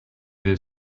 there